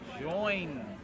join